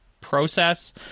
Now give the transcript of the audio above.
process